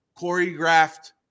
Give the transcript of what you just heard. choreographed